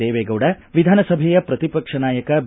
ದೇವೇಗೌಡ ವಿಧಾನಸಭೆಯ ಪ್ರತಿಪಕ್ಷ ನಾಯಕ ಬಿ